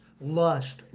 lust